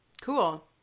Cool